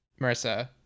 Marissa